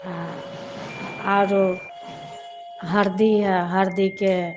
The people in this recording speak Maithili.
आओर आओर हरदी हइ हरदीके